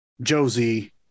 Josie